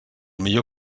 millor